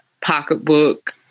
Pocketbook